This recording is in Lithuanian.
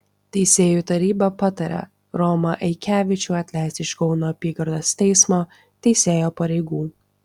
teisėjų taryba patarė romą aikevičių atleisti iš kauno apygardos teismo teisėjo pareigų